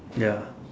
ya